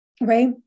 Right